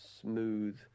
smooth